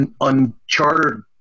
unchartered